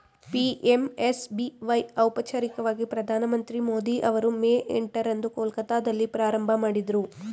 PMSBY ಔಪಚಾರಿಕವಾಗಿ ಪ್ರಧಾನಮಂತ್ರಿ ಮೋದಿ ಅವರು ಮೇ ಎಂಟ ರಂದು ಕೊಲ್ಕತ್ತಾದಲ್ಲಿ ಪ್ರಾರಂಭಮಾಡಿದ್ರು